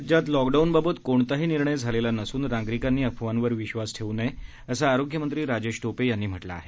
राज्यात लॉकडाऊनबाबत कोणताही निर्णय झालेला नसून नागरिकांनी अफवांवर विश्वास ठेवू नये असं आरोग्यमंत्री राजेश टोपे यांनी म्हटलं आहे